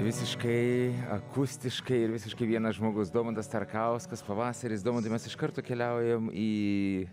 visiškai akustiškai ir visiškai vienas žmogus domantas starkauskas pavasaris domantai mes iš karto keliaujam į